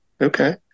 Okay